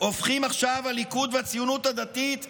הופכים עכשיו הליכוד והציונות הדתית לחוק.